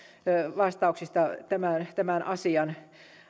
vastauksista tämän tämän asian